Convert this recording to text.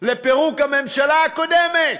לפירוק הממשלה הקודמת.